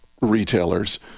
retailers